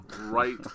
right